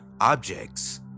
objects